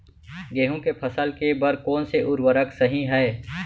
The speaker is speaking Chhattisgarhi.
गेहूँ के फसल के बर कोन से उर्वरक सही है?